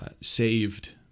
saved